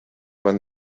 van